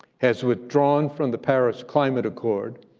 has withdrawn from the paris climate accord,